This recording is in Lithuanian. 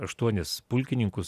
aštuonis pulkininkus